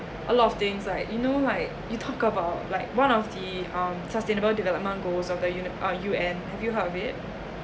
a lot of things like you know like you talk about like one of the um sustainable development goals of the uni~ uh U_N have you heard of it